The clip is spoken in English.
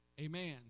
Amen